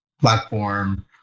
platform